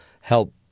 help